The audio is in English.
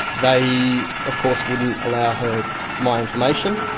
they of course wouldn't allow her my information.